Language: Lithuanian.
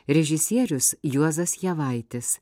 režisierius juozas javaitis